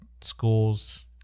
schools